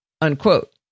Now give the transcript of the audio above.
unquote